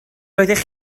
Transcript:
doeddech